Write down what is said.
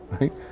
right